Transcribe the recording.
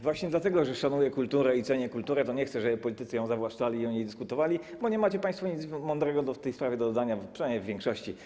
Właśnie dlatego, że szanuję i cenię kulturę, nie chcę, żeby politycy ją zawłaszczali i o niej dyskutowali, bo nie macie państwo nic mądrego w tej sprawie do dodania, przynajmniej w większości.